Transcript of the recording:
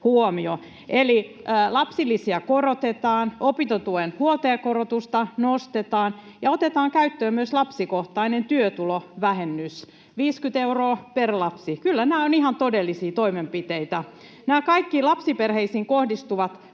lapsilisiä korotetaan, opintotuen huoltajakorotusta nostetaan ja otetaan käyttöön myös lapsikohtainen työtulovähennys, 50 euroa per lapsi. Kyllä nämä ovat ihan todellisia toimenpiteitä. Nämä kaikkiin lapsiperheisiin kohdistuvat